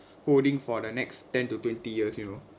holding for the next ten to twenty years you know